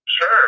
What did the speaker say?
Sure